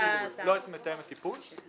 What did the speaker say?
לא את מתאם הטיפול.